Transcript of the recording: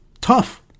tough